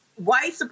white